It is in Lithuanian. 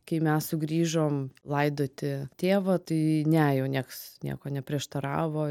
kai mes sugrįžom laidoti tėvo tai ne jau nieks nieko neprieštaravo